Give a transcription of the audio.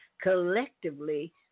collectively